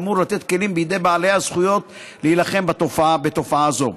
אמור לתת כלים בידי בעלי הזכויות להילחם בתופעה זו.